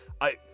I-